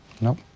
Nope